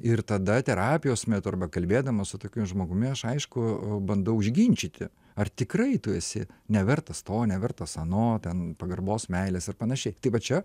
ir tada terapijos metu arba kalbėdamas su tokiu žmogumi aš aišku bandau užginčyti ar tikrai tu esi nevertas to nevertas ano ten pagarbos meilės ir panašiai tai va čia